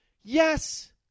Yes